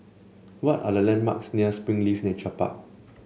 what are the landmarks near Springleaf Nature Park